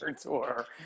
tour